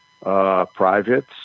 Private